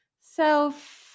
self